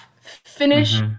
finish